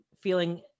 feeling